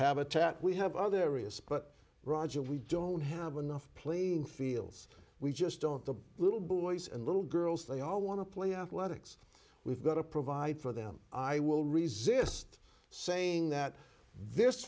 habitat we have other areas but roger we don't have enough playing fields we just don't the little boys and little girls they all want to play athletics we've got to provide for them i will resist saying that this